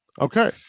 Okay